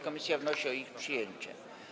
Komisja wnosi o ich przyjęcie.